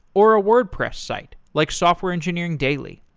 or a wordpress site, like software engineering daily.